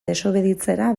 desobeditzera